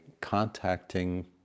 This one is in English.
contacting